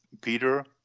Peter